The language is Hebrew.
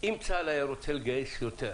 אם צה"ל היה רוצה לגייס יותר,